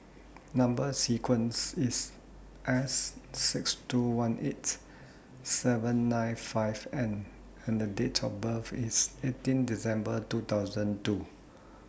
Number sequence IS S six two one eight seven nine five N and Date of birth IS eighteen December two thousand and two